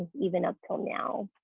even up till now.